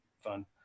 fun